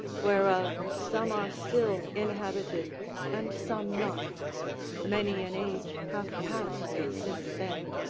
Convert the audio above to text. whereof some are still inhabited and some not many an age hath passed since then.